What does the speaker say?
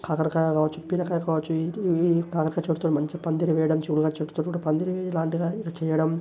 కాకరకాయ కావచ్చు పీనకాయ కావచ్చు ఇంటి కాకరకాయ చెట్టుతో మంచి పందిరి వేయడం చూడవచ్చు పందిరి లాంటిది చేయడం